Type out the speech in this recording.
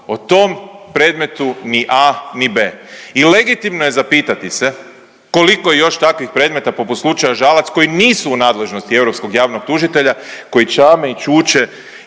o tom predmetu ni A, ni B i legitimno je zapitati se koliko je još takvih predmeta poput slučaja Žalac koji nisu u nadležnosti Europskog javnog tužitelja, koji čame i čuče